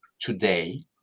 today